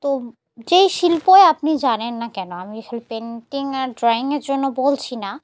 তো যে শিল্পই আপনি জানেন না কেন আমি খালি পেইন্টিং আর ড্রয়িংয়ের জন্য বলছি না